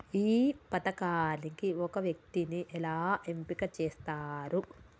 ఈ పథకానికి ఒక వ్యక్తిని ఎలా ఎంపిక చేస్తారు?